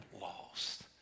lost